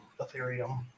Ethereum